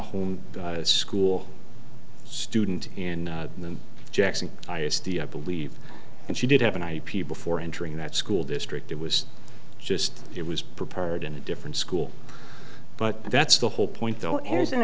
home school student in and jackson i s d i believe and she did have an ip before entering that school district it was just it was prepared in a different school but that's the whole point though and it's an